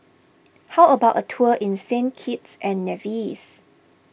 how about a tour in Saint Kitts and Nevis